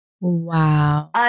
Wow